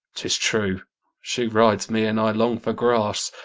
tis true she rides me, and i long for grass.